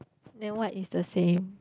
then what is the same